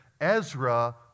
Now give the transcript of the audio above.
Ezra